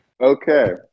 okay